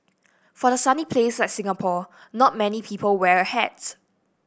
for a sunny place like Singapore not many people wear a hats